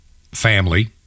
family